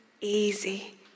Easy